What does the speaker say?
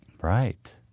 Right